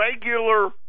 regular